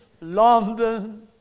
London